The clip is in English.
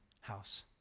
house